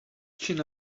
chin